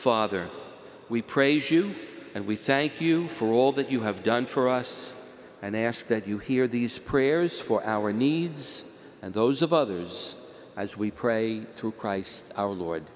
father we praise you and we thank you for all that you have done for us and i ask that you hear these prayers for our needs and those of others as we pray through christ ou